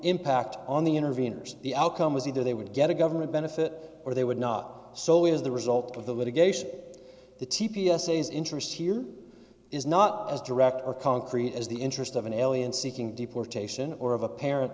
impact on the interveners the outcome was either they would get a government benefit or they would not solely as the result of the litigation the t p s a's interest here is not as direct or concrete as the interest of an alien seeking deportation or of a pa